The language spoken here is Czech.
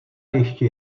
ještě